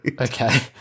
Okay